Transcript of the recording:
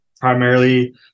primarily